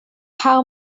how